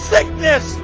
Sickness